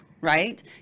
right